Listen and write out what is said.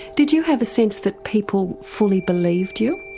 did you have a sense that people fully believed you?